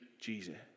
Jesus